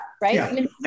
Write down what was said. right